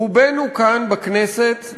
רובנו כאן בכנסת,